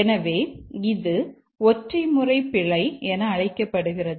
எனவே இது ஒற்றை முறை பிழை என அழைக்கப்படுகிறது